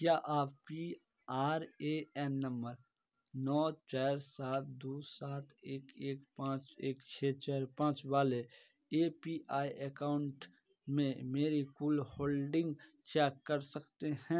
क्या आप P R A N number नौ चार सात दो सात एक एक पाँच एक छः चार पाँच वाले ए पी आई अकाउंट में मेरी कुल होल्डिंग चेक कर सकते हैं